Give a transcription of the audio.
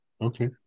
Okay